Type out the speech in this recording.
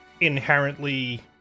inherently